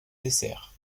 desserts